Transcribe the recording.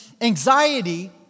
anxiety